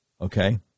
Okay